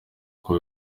kuko